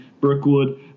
Brookwood